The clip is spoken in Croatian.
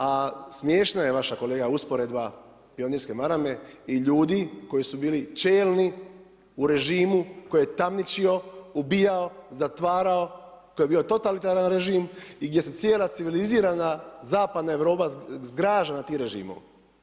A smiješno je vaša kolega, usporedba pionirske marame i ljudi koji su bili čelni u režimu koji je tamničio, ubijao, zatvarao, koji je bio totalitaran režim i gdje se cijela civilizirana zapadna Europa zgraža nad tim režimom.